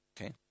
Okay